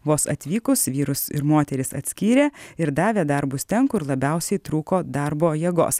vos atvykus vyrus ir moteris atskyrė ir davė darbus ten kur labiausiai trūko darbo jėgos